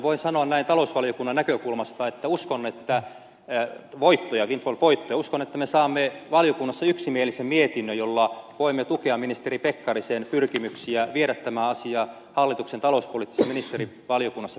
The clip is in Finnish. voin sanoa näin talousvaliokunnan näkökulmasta että uskon että eyn voittojakin on poikkeus on että me saamme aikaan valiokunnassa yksimielisen mietinnön jolla voimme tukea ministeri pekkarisen pyrkimyksiä viedä tämä asia hallituksen talouspoliittisessa ministerivaliokunnassa päätökseen